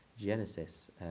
genesis